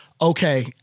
okay